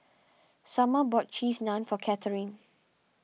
Sommer bought Cheese Naan for Catharine